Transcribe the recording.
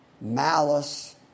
malice